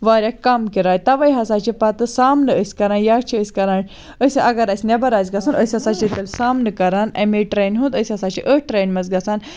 واریاہ کم کِراے تَوے ہَسا چھِ پَتہٕ سامنہٕ أسۍ کَران یا چھِ أسۍ کَران اَگر اَسہِ نیٚبَر آسہِ گَژھُن أسۍ ہَسا چھِ تیٚلہِ سامنہٕ کَران امے ٹرین ہُنٛد أسۍ ہَسا چھِ أتھۍ ٹرین مَنٛز گَژھان